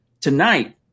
tonight